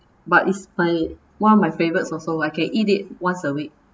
but it's my one of my favourites also I can eat it once a week